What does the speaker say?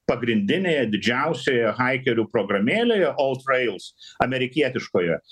pagrindinėje didžiausioje haikerių programėlėje alltrails amerikietiškoje